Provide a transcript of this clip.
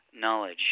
knowledge